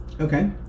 Okay